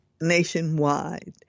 nationwide